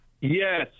Yes